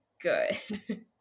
good